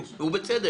הוא יודע לקחת.